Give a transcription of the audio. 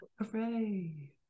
Hooray